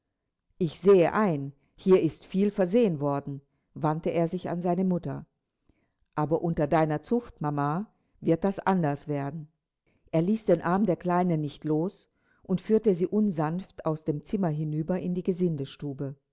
ich sehe ein hier ist viel versehen worden wandte er sich an seine mutter aber unter deiner zucht mama wird das anders werden er ließ den arm der kleinen nicht los und führte sie unsanft aus dem zimmer hinüber in die